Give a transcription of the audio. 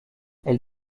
elle